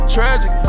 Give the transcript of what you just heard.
Tragic